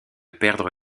perdre